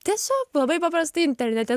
tiesiog labai paprastai internete